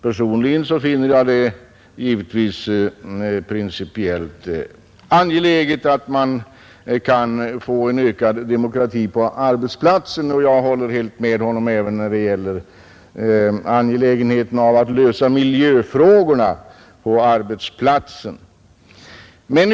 Personligen finner jag det givetvis angeläget att man kan få en ökad demokrati på arbetsplatsen. Jag håller helt med herr Hellström även när det gäller angelägenheten av att lösa miljöfrågorna på arbetsplatsen.